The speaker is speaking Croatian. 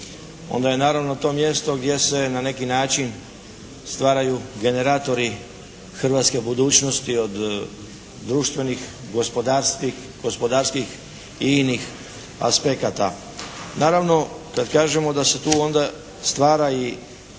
onda je naravno to mjesto gdje se na neki način stvaraju generatori hrvatske budućnosti od društvenih, gospodarskih i inih aspekata. Naravno, kad kažemo da se tu onda stvara i